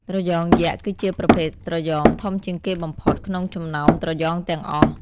ត្រយងយក្សគឺជាប្រភេទត្រយងធំជាងគេបំផុត ក្នុងចំណោមត្រយងទាំងអស់។